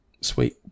sweet